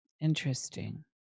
Interesting